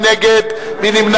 מי נגד?